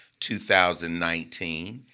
2019